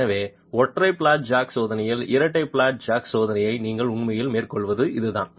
எனவே ஒற்றை flat jack சோதனையில் இரட்டை பிளாட் ஜாக் சோதனையை நீங்கள் உண்மையில் மேற்கொள்வது இதுதான்